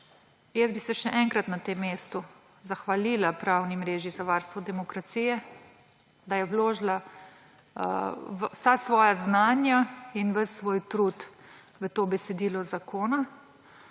Jaz bi se še enkrat na tem mestu zahvalila Pravni mreži za varstvo demokracije, da je vložila vsa svoja znanja in ves svoj trud v to besedilo zakona.